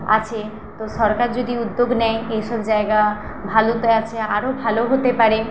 আছে তো সরকার যদি উদ্যোগ নেয় এইসব জায়গা ভালো তো আছে আরও ভালো হতে পারে